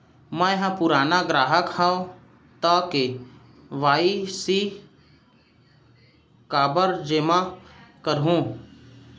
मैं ह पुराना ग्राहक हव त के.वाई.सी काबर जेमा करहुं?